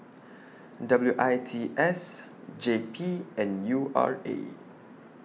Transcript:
W I T S J P and U R A